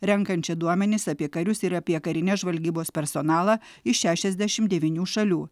renkančia duomenis apie karius ir apie karinės žvalgybos personalą iš šešiasdešim devynių šalių